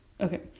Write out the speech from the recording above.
okay